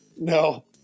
No